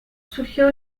surgió